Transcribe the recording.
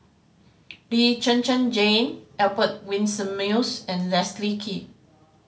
Lee Zhen Zhen Jane Albert Winsemius and Leslie Kee